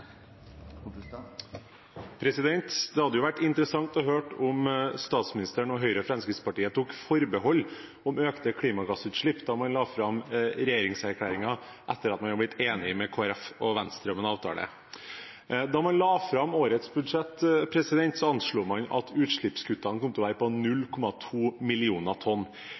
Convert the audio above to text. Det hadde vært interessant å høre om statsministeren og Høyre/Fremskrittspartiet tok forbehold om økte klimagassutslipp da man la fram regjeringserklæringen etter at man hadde blitt enig med Kristelig Folkeparti og Venstre om en avtale. Da man la fram årets budsjett, anslo man at utslippskuttene kom til å være på 0,2 millioner tonn.